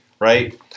right